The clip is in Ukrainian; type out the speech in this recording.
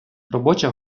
робоча